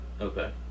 Okay